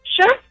Sure